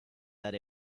that